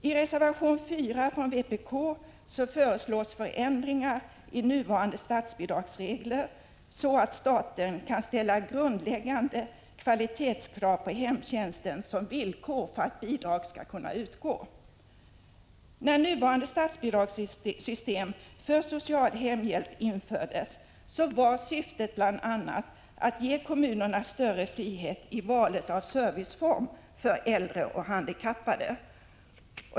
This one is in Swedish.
I reservation 4 från vpk föreslås ändringar i nuvarande statsbidragsregler, så att staten kan ställa grundläggande kvalitetskrav på hemtjänsten som villkor för bidrag. När nuvarande statsbidragssystem för social hemhjälp infördes var syftet bl.a. att ge kommunerna större frihet i valet av serviceform för äldre och handikappade.